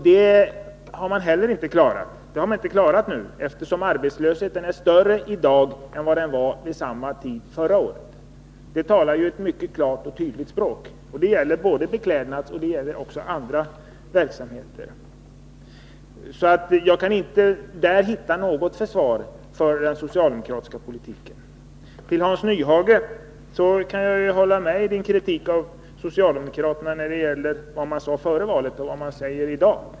Det har man heller inte klarat, eftersom arbetslösheten är större i dag än den var vid samma tid förra året. Det talar ett mycket klart och tydligt språk. Det gäller både inom Beklädnads område och andra verksamheter. Jag kan alltså i detta sammanhang inte hitta något försvar för den socialdemokratiska politiken. Jag kan hålla med Hans Nyhage i hans kritik av socialdemokraterna när det gäller vad man sade före valet och vad man säger i dag.